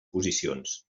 posicions